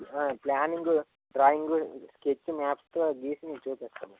planning drawing sketch మ్యాప్స్తో గీసి మీకు చూపిస్తాము